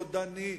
רודני,